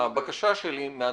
הבקשה שלי מהדוברים,